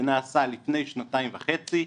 ונעשה לפני שנתיים וחצי,